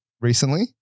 recently